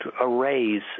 arrays